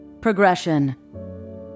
Progression